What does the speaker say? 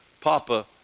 Papa